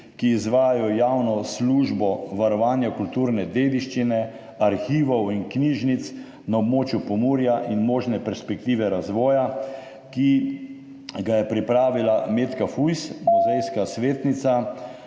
ki izvajajo javno službo varovanja kulturne dediščine, arhivov in knjižnic na območju Pomurja in možne perspektive razvoja, ki ga je pripravila Metka Fujs, muzejska svetnica,